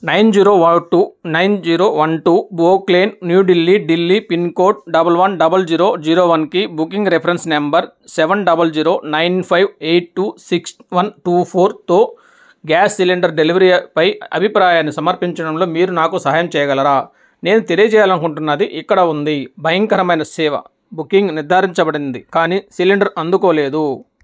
nine zero one two nine zero one two GoClean New Delhi Delhi pincode double one double zero zero వన్కి booking reference number seven double zero nine five eight two six one two ఫోర్తో gas cylinder డెలివరీపై అభిప్రాయాన్ని సమర్పించడంలో మీరు నాకు సహాయం చెయ్యగలరా నేను తెలియజేయాలనుకుంటున్నది ఇక్కడ ఉంది భయంకరమైన సేవ బుకింగ్ నిర్ధారించబడింది కానీ సిలిండర్ అందుకోలేదు